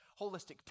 holistic